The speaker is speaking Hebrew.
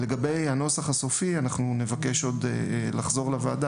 לגבי הנוסח הסופי אנחנו נבקש לחזור לוועדה